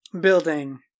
building